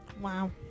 Wow